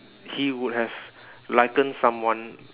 he would have likened someone